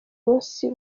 munsi